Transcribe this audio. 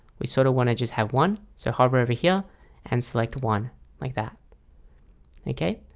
we sort of want to just have one so hover over here and select one like that okay.